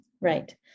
Right